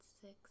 six